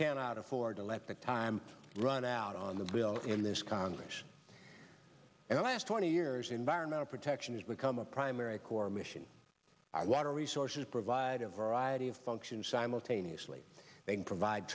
cannot afford to let the time run out on the bill in this congress and the last twenty years environmental protection has become a primary core mission our water resources provide a variety of functions simultaneously they provide